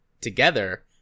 together